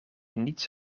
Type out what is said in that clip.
niets